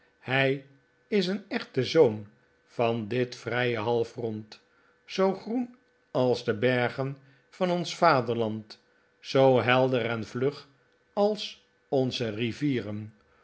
hij is een echte zoon van dit vrije halfrond zoo groen als de bergen van ons vaderland zoo helder en vlug als onze rivieren